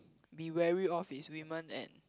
be wary of is woman and